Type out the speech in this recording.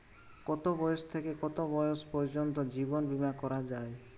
কতো বয়স থেকে কত বয়স পর্যন্ত জীবন বিমা করা যায়?